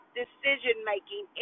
decision-making